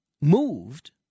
moved